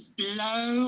blow